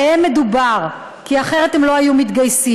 עליהם מדובר, כי אחרת הם לא היו מתגייסים.